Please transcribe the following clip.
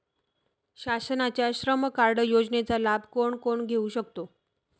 शासनाच्या श्रम कार्ड योजनेचा लाभ कोण कोण घेऊ शकतो?